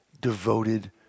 devoted